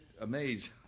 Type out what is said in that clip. amazed